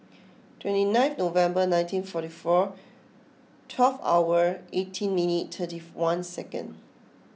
twenty nineth November nineteen forty four twelve hour eighteen minute thirty one second